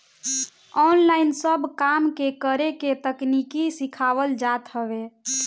online सब काम के करे के तकनीकी सिखावल जात हवे